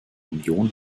union